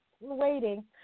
Waiting